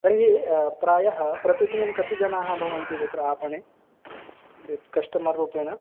तर्हि प्रायः प्रतिदिनं कति जनाः भवन्ति तत्र आपणे यत् कष्टमर् रूपेण